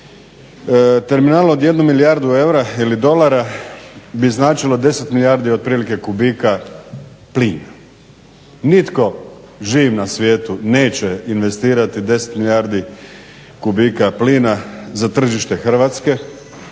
terminal od jedno milijardu eura ili dolara bi značilo 10 milijardi otprilike kubika plina. Nitko živ na svijetu neće investirati 10 milijardi kubika plina za tržište Hrvatske,